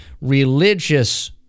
religious